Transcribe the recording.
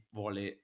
vuole